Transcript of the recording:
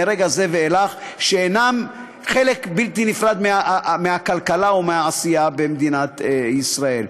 שמרגע זה ואילך הם אינם חלק בלתי נפרד מהכלכלה או מהעשייה במדינת ישראל.